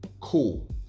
cool